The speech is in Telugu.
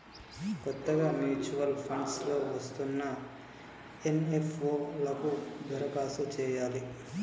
కొత్తగా మ్యూచువల్ ఫండ్స్ లో వస్తున్న ఎన్.ఎఫ్.ఓ లకు దరఖాస్తు చేయాలి